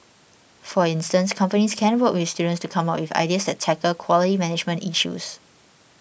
for instance companies can work with students to come up with ideas that tackle quality management issues